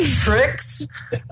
tricks